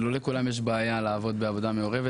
לא לכולם יש בעיה לעבוד בעבודה מעורבת.